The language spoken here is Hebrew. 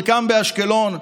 חלקם באשקלון,